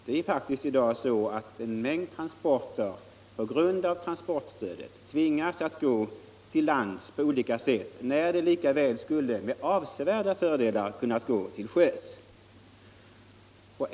Det är faktiskt i dag så att en mängd transporter på grund av transportstödet tvingas att på olika sätt gå till lands när de lika väl med avsevärda fördelar skulle ha kunnat gå till sjöss.